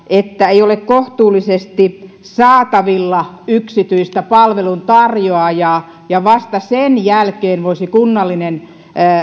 että ei ole kohtuullisesti saatavilla yksityistä palveluntarjoajaa ja vasta sen jälkeen voisi kunnallinen